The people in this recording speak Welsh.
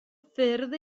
ffyrdd